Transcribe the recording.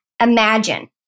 imagine